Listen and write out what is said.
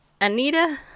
Anita